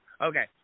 Okay